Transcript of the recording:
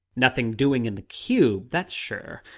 nothing doing in the cube, that's sure.